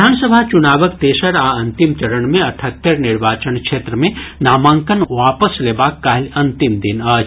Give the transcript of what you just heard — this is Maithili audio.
विधानसभा चुनावक तेसर आ अंतिम चरण मे अठहत्तरि निर्वाचन क्षेत्र मे नामांकन वापस लेबाक काल्हि अंतिम दिन अछि